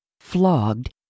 flogged